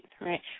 right